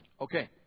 Okay